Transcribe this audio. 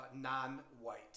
non-white